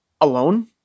alone